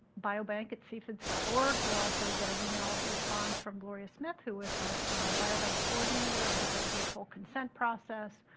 biobank cfids org will also get an email response from gloria smith who is our biobank coordinator, and we go through a full consent process.